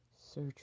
search